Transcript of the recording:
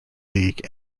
league